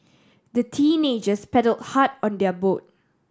the teenagers paddled hard on their boat